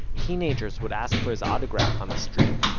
teenagers would ask for his autograph on the street.